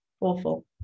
awful